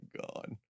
God